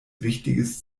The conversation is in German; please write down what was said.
wichtiges